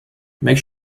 make